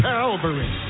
Calvary